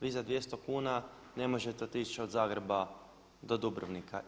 Vi za 200 kuna ne možete otići od Zagreba do Dubrovnika.